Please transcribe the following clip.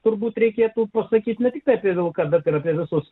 turbūt reikėtų pasakyti ne tik apie vilką bet apie visus